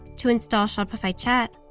to install shopify chat,